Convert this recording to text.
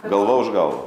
galva už galvą